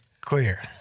clear